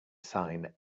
sign